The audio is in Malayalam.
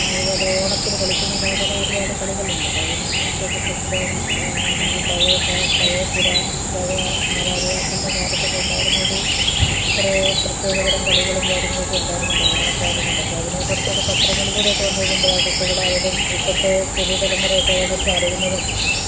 അതുപോലെ ഓണത്തിന് കളിക്കുന്ന പോലെ ഒരുപാട് കളികളുണ്ടല്ലോ അതിനെ കുറിച്ചൊക്കെ പഠിക്കാനും അല്ലെങ്കിൽ പഴയ പഴയ പഴയ മാതാപിതാക്കളുടെ കാലത്തൊക്കെ ഉണ്ടായിരുന്ന ഒരു കൊറേ പ്രത്യേകതരം കളികളും കാര്യങ്ങളൊക്കെ ഉണ്ടായിരുന്നല്ലോ ഓണക്കാലങ്ങളിലൊക്കെ അതിനെ കുറിച്ചൊക്കെ പത്രങ്ങളിലൂടെയൊക്കെ വന്നു കഴിയുമ്പം ആ കുട്ടികളാണേലും ഇപ്പോഴത്തെ പുതിയ തലമുറയൊക്കെ അതെ കുറിച്ചു അറിയുന്നതും